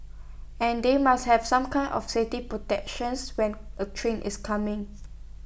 and they must have some kind of safety protections when A train is coming